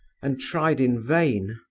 and tried in vain.